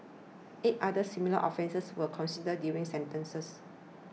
eight others similar offences were considered during sentencing